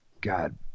god